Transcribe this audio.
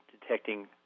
detecting